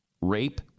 rape